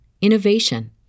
innovation